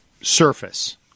surface